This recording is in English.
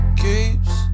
keeps